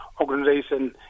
organization